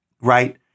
right